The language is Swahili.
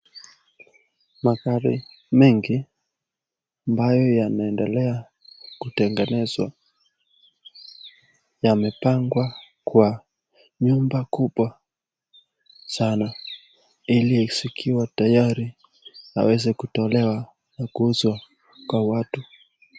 Magari mengi ambayo yanaendelea kutengenezwa na amepangwa kwa nyumba kubwa sana ili zikiwa tayari inaweza kutolewa na kuuzwa kwa watu.